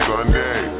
Sunday